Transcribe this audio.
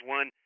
One